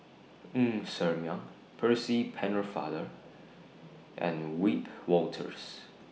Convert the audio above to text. Ng Ser Miang Percy Pennefather and Wiebe Wolters